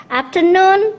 afternoon